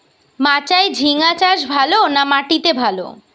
মাচায় ঝিঙ্গা চাষ ভালো না মাটিতে ভালো?